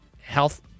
health